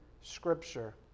scripture